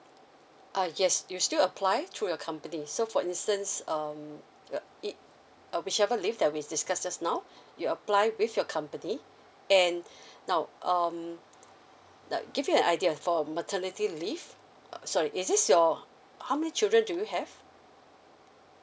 err yes you still apply to your company so for instance um it it whichever leave that we discussed just now you apply with your company and now um let give you an idea for maternity leave sorry is this your how many children do you have